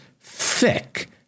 thick